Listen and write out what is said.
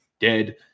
dead